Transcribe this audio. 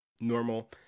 normal